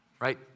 right